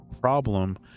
problem